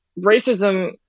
racism